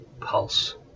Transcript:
pulse